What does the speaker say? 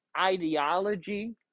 ideology